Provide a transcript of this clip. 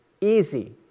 easy